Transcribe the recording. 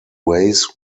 ways